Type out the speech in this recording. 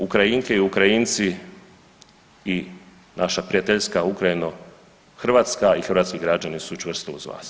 Ukrajinke i Ukrajinci i naša prijateljska Ukrajino, Hrvatska i hrvatski građani su čvrsto uz vas.